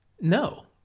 No